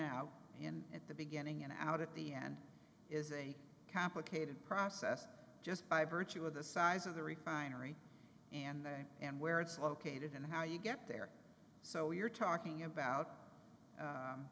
out and at the beginning and out at the end is a complicated process just by virtue of the size of the retiree and and where it's located and how you get there so you're talking about